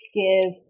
give